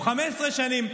או 15 שנים?